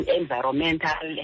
environmental